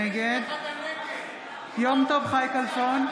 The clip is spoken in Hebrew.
נגד יום טוב חי כלפון,